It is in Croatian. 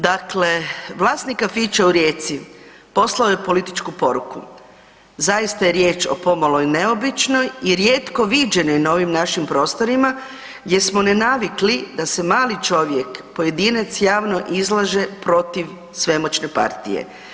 Dakle, vlasnik kafića u Rijeci poslao je političku poruku, zaista je riječ o pomalo neobičnoj i rijetko viđenoj na ovim našim prostorima jer smo ne navikli da se mali čovjek, pojedinac javno izlaže protiv svemoćne partije.